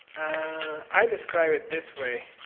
i describe it this way.